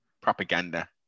propaganda